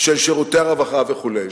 ושל שירותי הרווחה וכדומה.